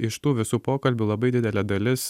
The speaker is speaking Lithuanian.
iš tų visų pokalbių labai didelė dalis